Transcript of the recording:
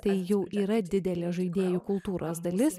tai jau yra didelė žaidėjų kultūros dalis